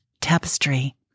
Tapestry